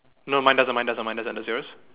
no mine doesn't mine doesn't mine doesn't does yours